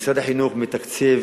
משרד החינוך מתקצב,